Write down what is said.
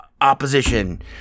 opposition